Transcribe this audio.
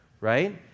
right